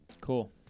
Cool